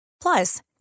Plus